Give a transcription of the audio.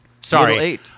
Sorry